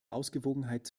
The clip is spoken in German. ausgewogenheit